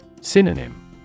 Synonym